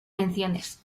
menciones